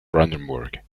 brandenburg